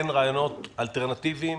הן רעיונות אלטרנטיביים